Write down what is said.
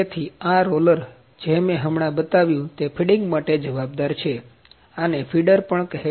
તેથી આ રોલર જે મેં હમણાં બતાવ્યું તે ફિડીંગ માટે જવાબદાર છે આને ફીડર પણ કહેવાય